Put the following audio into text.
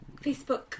facebook